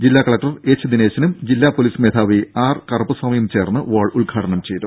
ജില്ലാ collector H ദിനേശനും ജില്ലാ പൊലീസ് മേധാവി ആർ കറുപ്പ സ്വാമിയും ചേർന്ന് വാൾ ഉദ്ഘാടനം ചെയ്തു